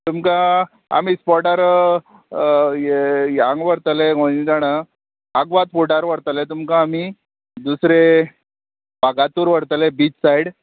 तुमकां आमी स्पोटार हांग व्हरतले खंय जाणा आगवाद फोर्टार व्हरतले तुमकां आमी दुसरे वागातूर व्हरतले बीच सायड